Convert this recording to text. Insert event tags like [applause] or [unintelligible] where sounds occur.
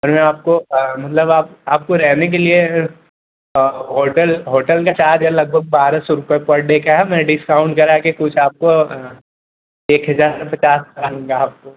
मतलब आपको मतलब आप आपको रहने के लिए होटल होटल का चार्ज है लगभग बारह सौ रुपये पर डे का है और डिस्काउंन लगाकर कुछ आपको एक हिसाब से पचास [unintelligible] आपको